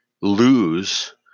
lose